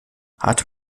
hat